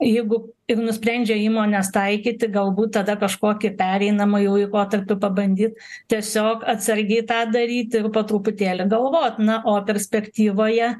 jeigu ir nusprendžia įmonės taikyti galbūt tada kažkokį pereinamąjį laikotarpį pabandyt tiesiog atsargiai tą daryti ir po truputėlį galvot na o perspektyvoje